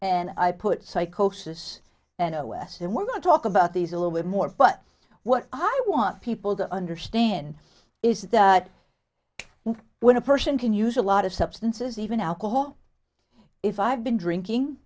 and i put psychosis and a west and we're going to talk about these a little bit more but what i want people to understand is that when a person can use a lot of substances even alcohol if i've been drinking